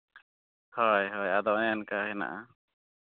ᱦᱳᱭ ᱦᱳᱭ ᱟᱫᱚ ᱚᱱᱮ ᱚᱱᱠᱟ ᱦᱮᱱᱟᱜᱼᱟ